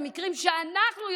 למקרים שאנחנו,